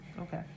Okay